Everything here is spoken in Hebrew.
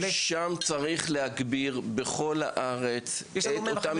שם צריך להגביר בכל הארץ את אותם